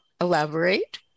elaborate